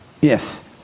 Yes